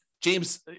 James